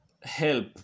help